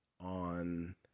on